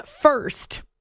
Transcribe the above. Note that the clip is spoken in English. first